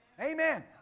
Amen